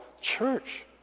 church